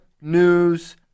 news